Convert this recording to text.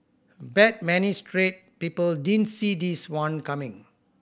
bet many straight people didn't see this one coming